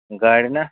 گاڑِ نا